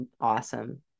awesome